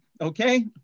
Okay